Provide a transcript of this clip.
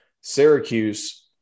Syracuse